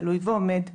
תלוי ועומד עדיין,